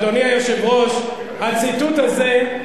אדוני היושב-ראש, הציטוט הזה,